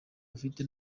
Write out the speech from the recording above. ufite